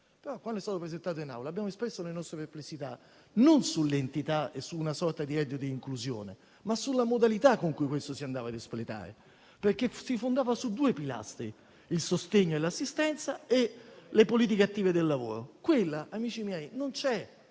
che si poteva evitare), abbiamo espresso le nostre perplessità non sull'entità e su una sorta di reddito di inclusione, ma sulla modalità con cui questo si andava ad espletare, perché si fondava su due pilastri: il sostegno e l'assistenza e le politiche attive del lavoro. Quelle, amici miei, non ci